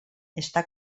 está